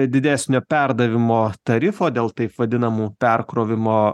didesnio perdavimo tarifo dėl taip vadinamų perkrovimo